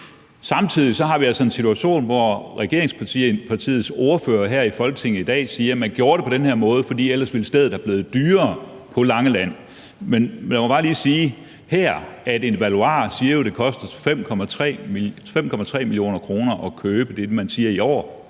Samtidig har vi altså en situation, hvor regeringspartiets ordfører her i Folketinget i dag siger, at man gjorde det på den her måde, for ellers ville stedet på Langeland være blevet dyrere. Men lad mig bare lige sige her, at en valuar jo siger, at det koster 5,3 mio. kr. at købe det, man siger, i år.